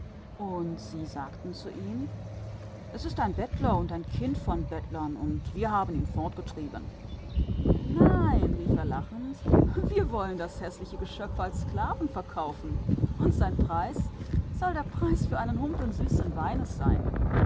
und sie sagten zu ihm es war ein bettler und das kind einer bettlerin und wir haben es fortgejagt ei rief er lachend laßt uns doch das schmutzige ding als sklaven verkaufen und sein preis soll eine schale süßen weines sein